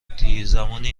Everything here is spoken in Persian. دیرزمانی